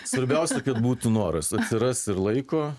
svarbiausia kad būtų noras atsiras ir laiko